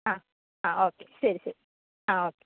ആ ആ ഓക്കെ ശരി ശരി ആ ഓക്കെ